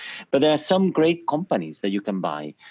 but there are some great companies that you can buy,